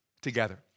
together